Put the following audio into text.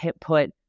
put